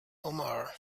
omar